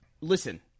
Listen